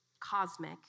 Cosmic